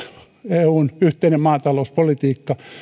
eun yhteinen maatalouspolitiikka